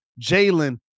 Jalen